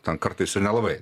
ten kartais ir nelabai